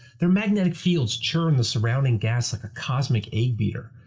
their magnetic fields churn the surrounding gas like a cosmic egg beater,